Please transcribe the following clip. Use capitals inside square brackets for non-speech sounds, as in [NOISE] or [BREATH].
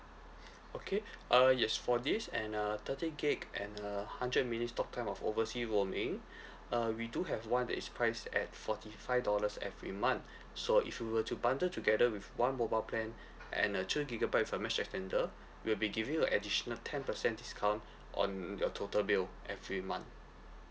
okay uh yes for this and uh thirty gig and uh hundred minutes talk time of oversea roaming [BREATH] uh we do have one that is priced at forty five dollars every month so if you were to bundle together with one mobile plan and uh two gigabyte with a mesh extender we'll be giving you a additional ten percent discount on your total bill every month